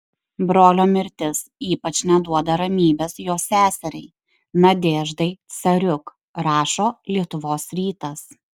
brolio mirtis ypač neduoda ramybės jo seseriai nadeždai cariuk rašo lietuvos rytas